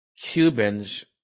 Cubans